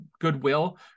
goodwill